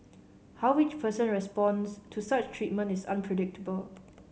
how each person responds to such treatment is unpredictable